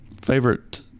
Favorite